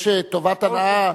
יש טובת הנאה,